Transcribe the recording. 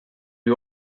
you